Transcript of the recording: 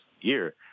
year